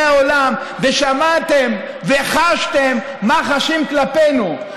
העולם ושמעתם וחשתם מה חשים כלפינו.